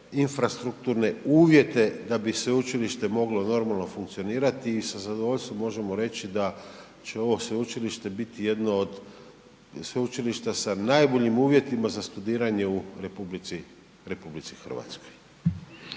infrastrukturne uvjete da bi sveučilište moglo normalno funkcionirati i sa zadovoljstvom možemo reći da će ovo sveučilište biti jedno od sveučilišta sa najboljim uvjetima za studiranje u RH.